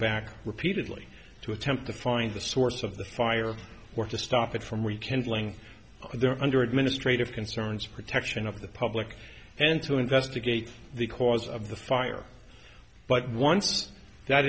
back repeatedly to attempt to find the source of the fire or to stop it from we can fling their under administrative concerns for protection of the public and to investigate the cause of the fire but once that